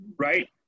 right